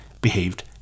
behaved